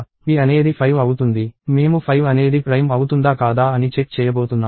p అనేది 5 అవుతుంది మేము 5 అనేది ప్రైమ్ అవుతుందా కాదా అని చెక్ చేయబోతున్నాము